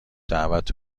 دعوت